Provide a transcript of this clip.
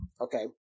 okay